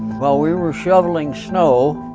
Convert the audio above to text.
while we were shoveling snow,